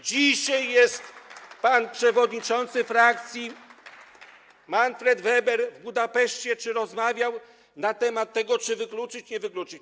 Dzisiaj pan przewodniczący frakcji Manfred Weber w Budapeszcie rozmawiał na temat tego, czy wykluczyć, czy nie wykluczyć.